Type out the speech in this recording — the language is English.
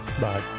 bye